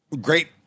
Great